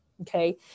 okay